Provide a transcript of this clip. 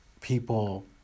people